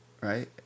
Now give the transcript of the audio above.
right